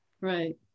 right